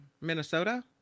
Minnesota